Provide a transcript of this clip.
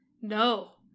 No